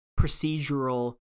procedural